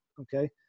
Okay